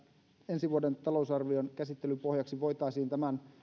ensi vuoden talousarvion käsittelyn pohjaksi voitaisiin tämän